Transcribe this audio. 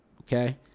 Okay